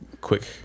quick